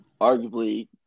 arguably